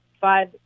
five